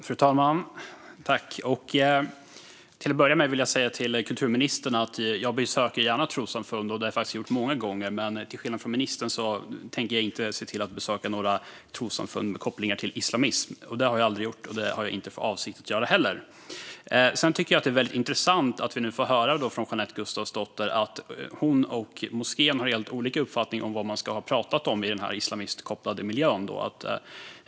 Fru talman! Till att börja med vill jag säga till kulturministern att jag gärna besöker trossamfund och att jag har gjort det många gånger. Men till skillnad från ministern tänker jag inte besöka några trossamfund med kopplingar till islamism. Det har jag aldrig gjort, och det har jag inte heller för avsikt att göra. Det är intressant att vi nu får höra från Jeanette Gustafsdotter att hon och moskén har helt olika uppfattningar om vad man ska ha pratat om i denna islamistkopplade miljö.